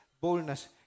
boldness